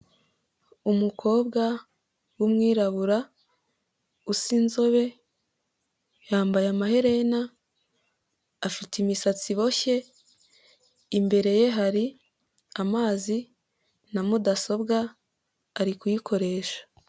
Umukobwa w'umwirabura usa inzobe yambaye amaherena, afite imisatsi iboshye. Imbere ye hari amazi na mudasobwa ari kuyikoresha.